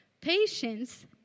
patience